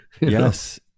Yes